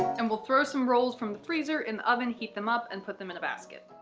and we'll throw some rolls from the freezer in the oven, heat them up and put them in a basket.